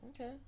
Okay